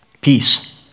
peace